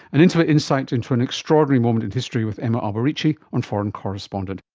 an intimate insight into an extraordinary moment in history, with emma alberici on foreign correspondent.